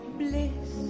bliss